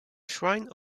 shrine